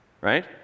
Right